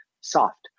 soft